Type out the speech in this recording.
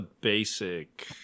basic